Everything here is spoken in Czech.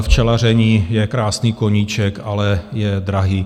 Včelaření je krásný koníček, ale je drahý.